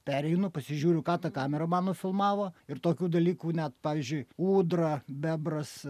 pereinu pasižiūriu ką ta kamera nufilmavo ir tokių dalykų net pavyzdžiui ūdra bebras